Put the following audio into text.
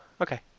Okay